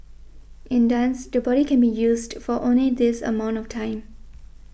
in dance the body can be used for only this amount of time